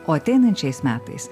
o ateinančiais metais